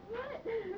what